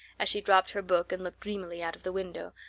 as she dropped her book and looked dreamily out of the window,